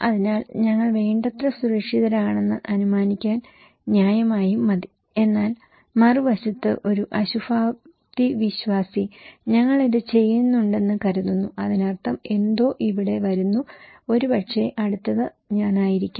അതിനാൽ ഞങ്ങൾ വേണ്ടത്ര സുരക്ഷിതരാണെന്ന് അനുമാനിക്കാൻ ന്യായമായും മതി എന്നാൽ മറുവശത്ത് ഒരു അശുഭാപ്തിവിശ്വാസി ഞങ്ങൾ അത് ചെയ്യുന്നുണ്ടെന്ന് കരുതുന്നു അതിനർത്ഥം എന്തോ ഇവിടെ വരുന്നു ഒരുപക്ഷേ അടുത്തത് ഞാനായിരിക്കാം